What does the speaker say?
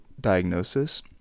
diagnosis